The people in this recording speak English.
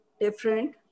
different